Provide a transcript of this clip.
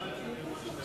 לא הבנתי.